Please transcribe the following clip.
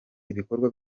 ibikorwa